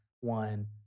one